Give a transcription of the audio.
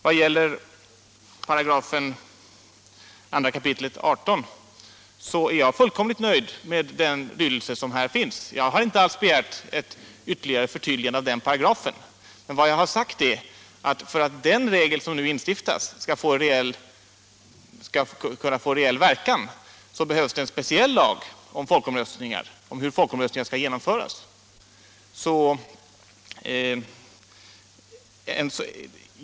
Vad gäller 2 kap. 188, så är jag fullkomligt nöjd med den lydelse som finns. Jag har inte alls begärt ett ytterligare förtydligande av den paragrafen. Men vad jag har sagt är att för att den regel som nu instiftas skall kunna få reell verkan behövs det en speciell lag om hur folkomröstningar skall genomföras.